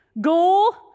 goal